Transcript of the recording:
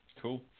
Cool